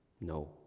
No